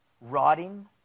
Rotting